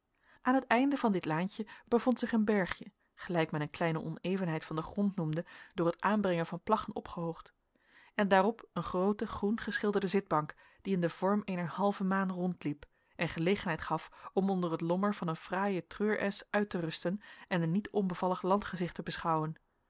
aan het einde van dit laantje bevond zich een bergje gelijk men een kleine onevenheid van den grond noemde door het aanbrengen van plaggen opgehoogd en daarop een groote groen geschilderde zitbank die in den vorm eener halve maan rondliep en gelegenheid gaf om onder het lommer van een fraaien treur esch uit te rusten en een niet onbevallig landgezicht te beschouwen